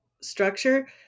structure